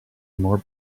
more